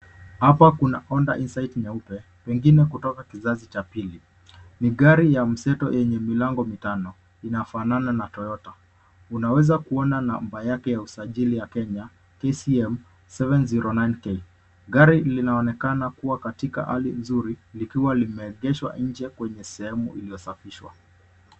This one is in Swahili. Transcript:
Hapa kuna Honda Insight nyeupe; pengine kutoka kizazi cha pili. Ni gari ya mseto, yenye milango mitano. Inafanana na Toyota. Unaweza kuona namba yake ya usajili ya Kenya KCM 709K . Gari linaonekana kuwa katika hali nzuri; likiwa limeegeshwa nje kwenye sehemu iliyosafishwa.